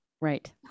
Right